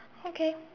okay